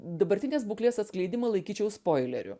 dabartinės būklės atskleidimą laikyčiau spoileriu